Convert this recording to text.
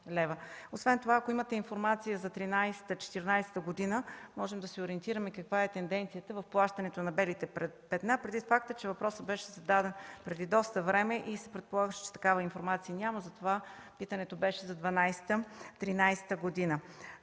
Освен това, ако имате информация за 2013-2014 г., можем да се ориентираме каква е тенденцията в плащането на „белите петна”. Предвид факта, че въпросът беше зададен преди доста време и се предполагаше, че такава информация няма, затова питането беше за 2012-2013 г.